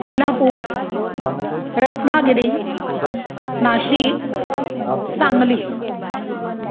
Kolhapur Ratnagiri Nashik Sangli